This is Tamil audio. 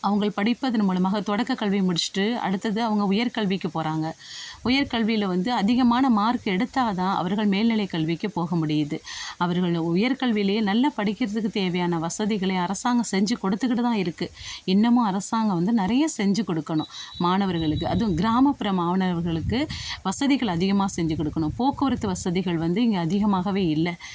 அவங்கள் படிப்பதன் மூலமாக தொடக்க கல்வியை முடித்துட்டு அடுத்தது அவங்க உயர்கல்விக்கு போகிறாங்க உயர்கல்வியில் வந்து அதிகமான மார்க் எடுத்தால்தான் அவர்கள் மேல்நிலை கல்விக்கு போக முடியுது அவர்கள் உயர்கல்விலேயே நல்லா படிக்கிறதுக்குத் தேவையான வசதிகளை அரசாங்கம் செஞ்சு கொடுத்துக்கிட்டுதான் இருக்குது இன்னமும் அரசாங்கம் வந்து நிறையா செஞ்சு கொடுக்கணும் மாணவர்களுக்கு அதுவும் கிராமப்புற மாணவர்களுக்கு வசதிகள் அதிகமாக செஞ்சு கொடுக்கணும் போக்குவரத்து வசதிகள் வந்து இங்கே அதிகமாகவே இல்லை